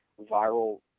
viral